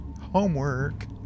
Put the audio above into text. Homework